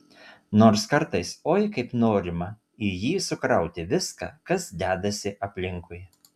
nors kartais oi kaip norima į jį sukrauti viską kas dedasi aplinkui